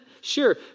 Sure